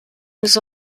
was